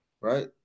right